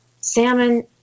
salmon